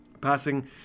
passing